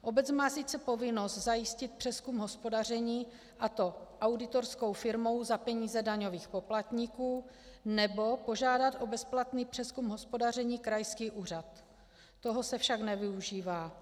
Obec má sice povinnost zajistit přezkum hospodaření, a to auditorskou firmou za peníze daňových poplatníků, nebo požádat o bezplatný přezkum hospodaření krajský úřad, toho se však nevyužívá.